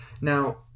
Now